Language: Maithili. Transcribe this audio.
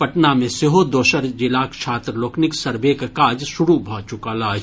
पटना मे सेहो दोसर जिलाक छात्र लोकनिक सर्वेक काज शुरू भऽ चुकल अछि